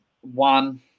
one